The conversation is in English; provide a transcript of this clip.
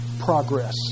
progress